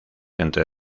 entre